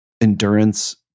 endurance